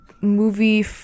movie